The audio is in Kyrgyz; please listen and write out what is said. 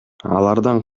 алардан